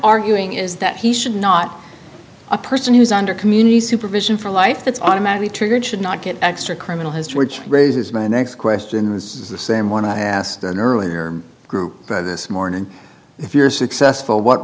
arguing is that he should not a person who is under community supervision for life that's automatically triggered should not get extra criminal history which raises my next question this is the same one i asked an earlier group by this morning if you're successful what